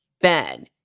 Ben